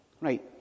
Right